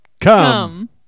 come